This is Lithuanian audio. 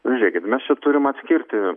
žiūrėkit mes čia turim atskirti